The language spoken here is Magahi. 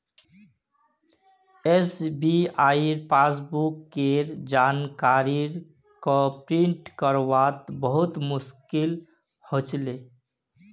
एस.बी.आई पासबुक केर जानकारी क प्रिंट करवात बहुत मुस्कील हो छे